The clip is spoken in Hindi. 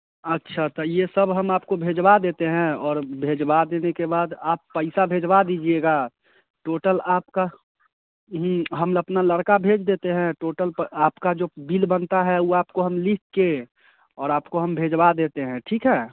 अच्छा तो यह सब हम आपको भिजवा देते हैं और भिजवा देने के बाद आप पैसा भिजवा दीजिएगा टोटल आपका हम अपना लड़का भेज देते हैं टोटल प आपका जो बिल बनता है वह आपको हम लिख कर और आपको हम भिजवा देते हैं ठीक है